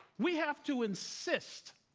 we have to insist